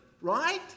right